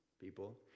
people